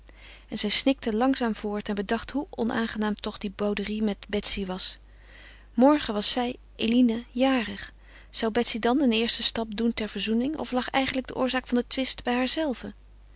en zij snikte langzaam voort en bedacht hoe onaangenaam toch die bouderie met betsy was morgen was zij eline jarig zou betsy dan een eersten stap doen ter verzoening of lag eigenlijk de oorzaak van den twist